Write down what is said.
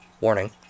warning